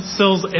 sells